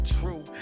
true